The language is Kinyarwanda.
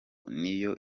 niyo